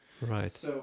Right